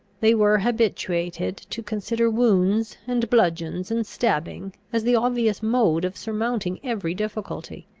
they were habituated to consider wounds and bludgeons and stabbing as the obvious mode of surmounting every difficulty.